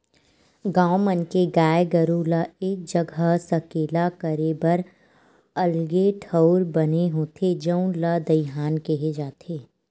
गाँव मन के गाय गरू ल एक जघा सकेला करे बर अलगे ठउर बने होथे जउन ल दईहान केहे जाथे